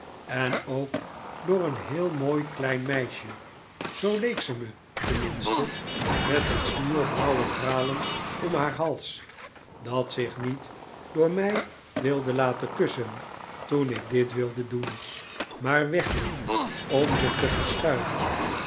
en ook door een heel mooi klein meisje zoo leek ze mij tenminste met een snoer blauwe kralen om haar hals dat zich niet door mij wilde laten kussen toen ik dit wilde doen maar wegliep om zich te verschuilen